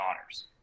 honors